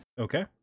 Okay